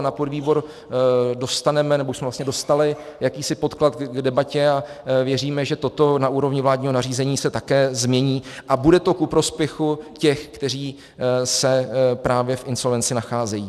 Na podvýbor jsme dostali jakýsi podklad k debatě a věříme, že toto se na úrovni vládního nařízení také změní a bude to ku prospěchu těch, kteří se právě v insolvenci nacházejí.